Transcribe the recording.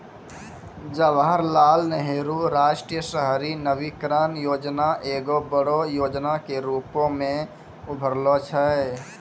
जवाहरलाल नेहरू राष्ट्रीय शहरी नवीकरण योजना एगो बड़ो योजना के रुपो मे उभरलो छै